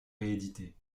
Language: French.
rééditée